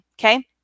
Okay